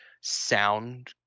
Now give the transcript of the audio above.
sound